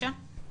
פיקוד העורף.